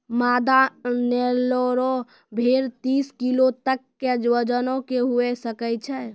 मादा नेल्लोरे भेड़ तीस किलो तक के वजनो के हुए सकै छै